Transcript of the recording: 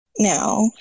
Now